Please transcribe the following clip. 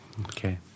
Okay